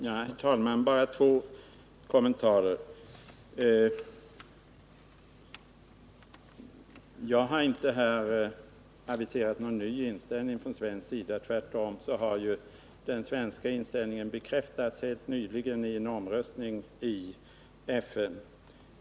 Herr talman! Jag vill bara göra två kommentarer. Jag har inte här aviserat någon ny inställning från svensk sida. Tvärtom har den svenska inställningen bekräftats helt nyligen vid omröstningen i FN.